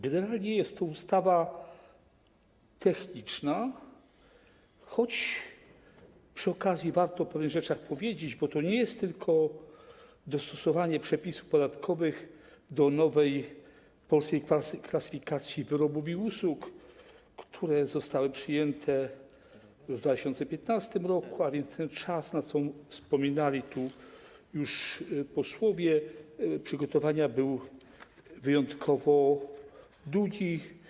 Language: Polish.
Generalnie jest to ustawa techniczna, choć przy okazji warto o pewnych rzeczach powiedzieć, bo to nie jest tylko dostosowanie przepisów podatkowych do nowej Polskiej Klasyfikacji Wyrobów i Usług, która została przyjęta w 2015 r., a więc czas przygotowania, o czym już posłowie wspominali, był wyjątkowo długi.